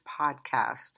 podcast